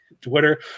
Twitter